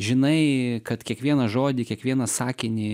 žinai kad kiekvieną žodį kiekvieną sakinį